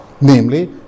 Namely